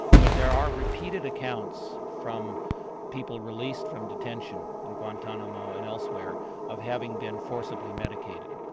but there are repeated accounts from people released from detention in guantanamo and elsewhere of having been forcibly medicated.